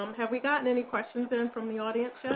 um have we gotten any questions in from the audience yet?